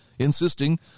insisting